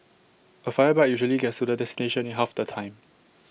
A fire bike usually gets to the destination in half the time